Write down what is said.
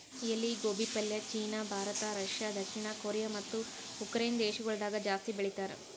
ಎಲಿ ಗೋಬಿ ಪಲ್ಯ ಚೀನಾ, ಭಾರತ, ರಷ್ಯಾ, ದಕ್ಷಿಣ ಕೊರಿಯಾ ಮತ್ತ ಉಕರೈನೆ ದೇಶಗೊಳ್ದಾಗ್ ಜಾಸ್ತಿ ಬೆಳಿತಾರ್